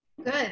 Good